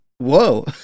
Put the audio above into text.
whoa